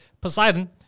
Poseidon